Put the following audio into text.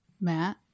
Matt